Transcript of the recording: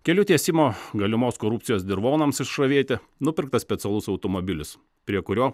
kelių tiesimo galimos korupcijos dirvonams išravėti nupirktas specialus automobilis prie kurio